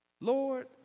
Lord